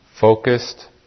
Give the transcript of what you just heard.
focused